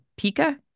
Pika